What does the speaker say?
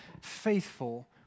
faithful